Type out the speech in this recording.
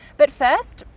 but first,